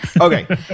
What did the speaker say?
Okay